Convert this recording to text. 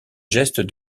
geste